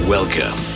Welcome